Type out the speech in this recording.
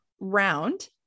round